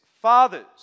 Fathers